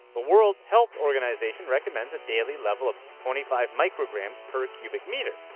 the world health organization recommends a daily level of twenty five micrograms per cubic meter,